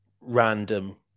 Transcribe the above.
random